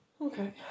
Okay